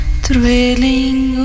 thrilling